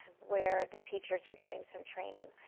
where the teachers are getting some training.